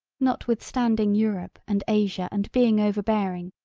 notwithstanding europe and asia and being overbearing,